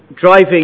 driving